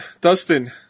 Dustin